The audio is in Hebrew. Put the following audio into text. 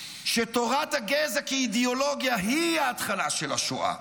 שתורת הגזע כאידיאולוגיה היא ההתחלה של השואה.